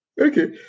okay